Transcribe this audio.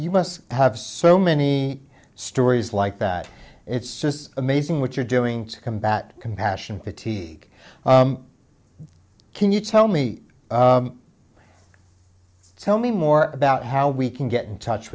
you must have so many stories like that it's just amazing what you're doing to combat compassion fatigue can you tell me tell me more about how we can get touch